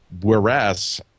Whereas